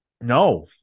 No